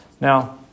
now